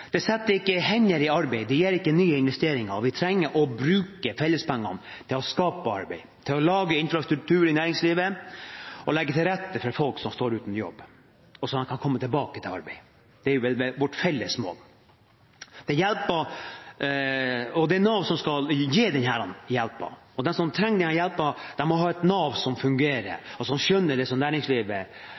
Det setter ikke hender i arbeid. Det gir ikke nye investeringer. Vi trenger å bruke fellespengene til å skape arbeid, til å lage infrastruktur i næringslivet og til å legge til rette for folk som står uten jobb, sånn at de kan komme tilbake i arbeid. Det er vel vårt felles mål. Det er Nav som skal gi denne hjelpen, og de som trenger denne hjelpen, må ha et Nav som fungerer, og som skjønner hva næringslivet har behov for, og de arbeidsplassene som